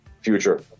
future